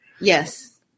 Yes